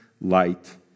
light